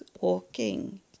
walking